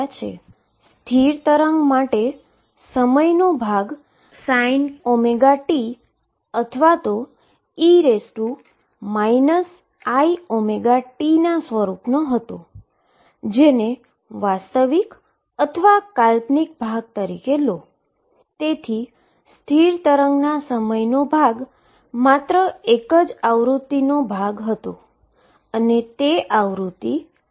તેથી X તરીકે ψ અથવા માઈનસ ઈન્ફાઈનીટીની સંખ્યા 0 હોવી જોઈએ જે એક બાઉન્ડ્રી કન્ડીશન છે જેનાથી આપણે આ સમીકરણને હલ કરવા જઈ રહ્યા છીએ કારણ કે ઓરીજીનથી દૂર ભાગ્યે જ એવી કોઈ સંભાવના છે કે હું પાર્ટીકલને શોધી શકું અને તેથી વેવ ફંક્શનનો ત્યાં જ દુર થઈ જવો જોઈએ